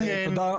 תודה.